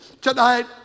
Tonight